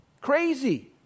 Crazy